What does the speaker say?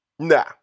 Nah